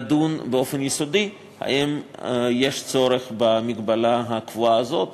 לדון באופן יסודי אם יש צורך בהגבלה הקבועה הזאת